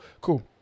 cool